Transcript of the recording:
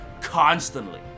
constantly